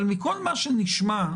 אבל מכל מה שנשמע,